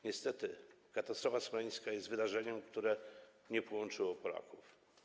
Niestety katastrofa smoleńska jest wydarzeniem, które nie połączyło Polaków.